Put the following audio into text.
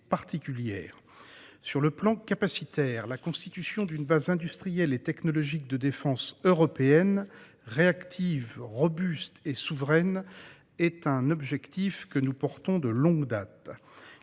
de vue capacitaire, la constitution d'une base industrielle et technologique de défense (BITD) européenne réactive, robuste et souveraine est un objectif que nous portons de longue date.